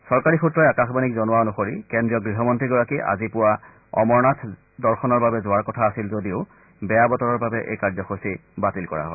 চৰকাৰী সূত্ৰই আকাশবাণীক জনোৱা অনুসৰি কেন্দ্ৰীয় গৃহমন্ত্ৰীগৰাকী আজি পুৱা অমৰনাথ দৰ্শনৰ বাবে যোৱাৰ কথা আছিল যদিও বেয়া বতৰৰ বাবে এই কাৰ্যসূচী বাতিল কৰা হয়